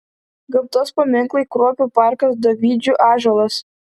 gamtos paminklai kruopių parkas dovydžių ąžuolas